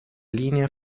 linea